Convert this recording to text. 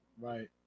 Right